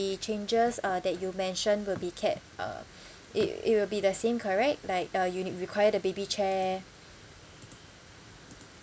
changes uh that you mentioned will be kept uh it it will be the same correct like uh you will need require the baby chair